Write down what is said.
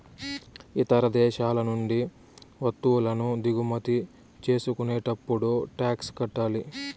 ఇతర దేశాల నుండి వత్తువులను దిగుమతి చేసుకునేటప్పుడు టాక్స్ కట్టాలి